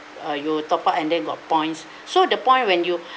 uh you top up and then you got points so the points when you